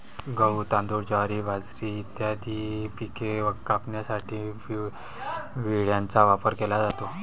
गहू, तांदूळ, ज्वारी, बाजरी इत्यादी पिके कापण्यासाठी विळ्याचा वापर केला जातो